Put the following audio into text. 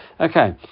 Okay